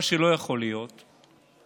מה שלא יכול להיות זה